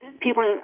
People